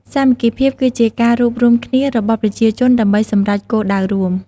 សាមគ្គីភាពគឺជា ការរួបរួមគ្នារបស់ប្រជាជនដើម្បីសម្រេចគោលដៅរួម។